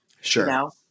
Sure